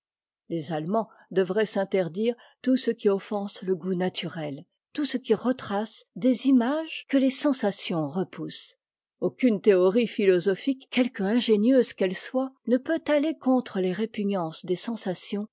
les allemands devraient s'interdire tout ce qui offense le goût natur et tout ce qui retrace des images que tes sensations repoussent aucune théorie philosophique quelque ingénieuse qu'elle sdit h peut aiter contre tes répugnances des sensations